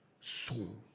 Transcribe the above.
soul